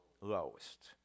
lowest